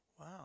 Wow